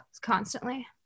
constantly